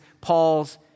Paul's